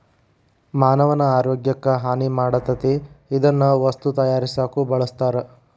ಮಾನವನ ಆರೋಗ್ಯಕ್ಕ ಹಾನಿ ಮಾಡತತಿ ಇದನ್ನ ವಸ್ತು ತಯಾರಸಾಕು ಬಳಸ್ತಾರ